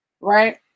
right